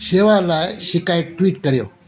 शेवा लाइ शिकाइत ट्वीट करियो